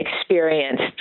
experienced